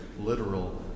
literal